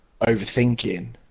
overthinking